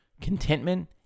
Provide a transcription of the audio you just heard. Contentment